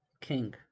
king